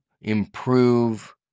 improve